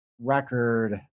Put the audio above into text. record